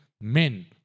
men